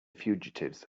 fugitives